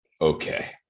okay